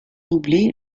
doublé